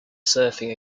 surfing